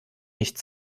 nicht